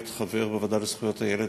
להיות חבר בוועדה לזכויות הילד,